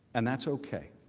and that's ok